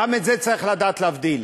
גם את זה צריך לדעת להבדיל.